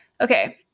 Okay